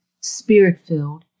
spirit-filled